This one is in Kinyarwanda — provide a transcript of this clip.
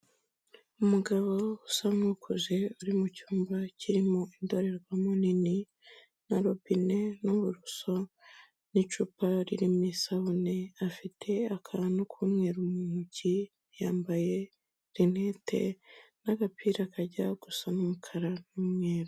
Umugabo usa nk'ukuze uri mucyumba kirimo indorerwamo nini na robine n'uburoso n'icupa ririmo isabune, afite akantu k'umweru muntoki, yambaye rinete n'agapira kajya gusa n'umukara n'umweru.